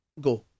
go